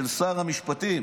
של שר המשפטים.